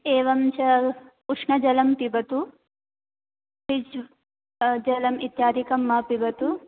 एवं च उष्णजलं पिबतु फ़्रिज् जलं इत्यादिकं मा पिबतु